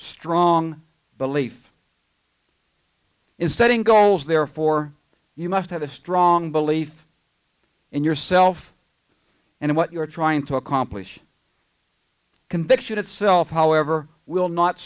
strong belief in setting goals therefore you must have a strong belief in yourself and what you're trying to accomplish conviction itself however will not